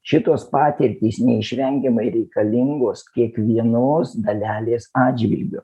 šitos patirtys neišvengiamai reikalingos kiekvienos dalelės atžvilgiu